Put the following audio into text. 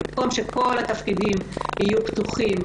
במקום שכל התפקידים יהיו פתוחים,